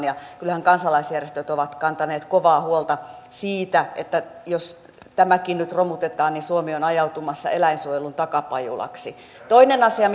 ja kyllähän kansalaisjärjestöt ovat kantaneet kovaa huolta siitä että jos tämäkin nyt romutetaan niin suomi on ajautumassa eläinsuojelun takapajulaksi toinen asia